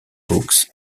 books